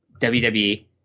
WWE